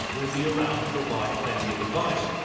will be around to provide plenty of advice.